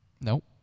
Nope